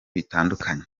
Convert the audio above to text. bitandukanye